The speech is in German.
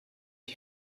die